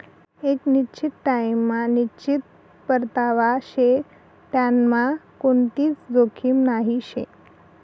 एक निश्चित टाइम मा निश्चित परतावा शे त्यांनामा कोणतीच जोखीम नही शे